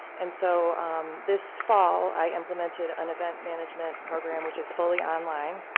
and so this fall i implemented an event management program which is fully online.